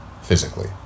physically